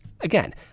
Again